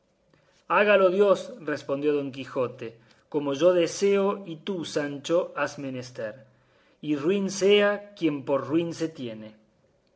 hágalo dios respondió don quijote como yo deseo y tú sancho has menester y ruin sea quien por ruin se tiene